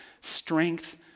strength